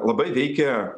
labai veikia